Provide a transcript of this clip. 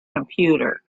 computer